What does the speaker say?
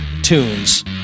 tunes